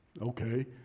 Okay